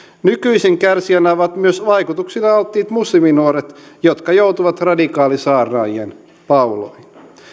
nykyisin kärsijänä ovat myös vaikutuksille alttiit musliminuoret jotka joutuvat radikaalisaarnaajien pauloihin